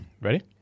Ready